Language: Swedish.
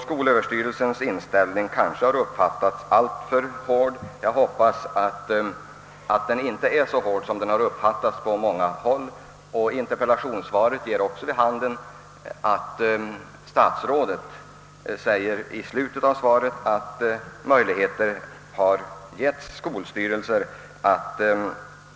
Skolöverstyrelsens inställning kanske har uppfattats som alltför hård. Jag hoppas att den inte är så hård som man tror på många håll. Statsrådet säger i slutet av svaret på frågan att möjligheter har givits skolstyrelser